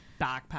backpack